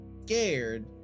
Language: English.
scared